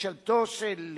ממשלתו של